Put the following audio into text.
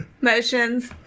motions